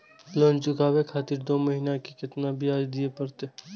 Loan चुकाबे खातिर दो महीना के केतना ब्याज दिये परतें?